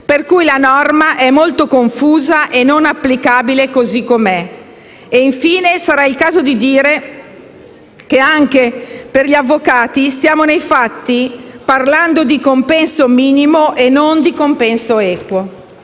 per cui la norma è molto confusa e non applicabile così com'è. Infine sarà il caso di dire che anche per gli avvocati stiamo, nei fatti, parlando di compenso minimo e non di compenso equo.